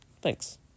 Thanks